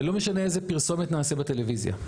ולא משנה איזה פרסומת נעשה בטלוויזיה.